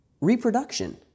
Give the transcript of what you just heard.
reproduction